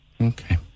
Okay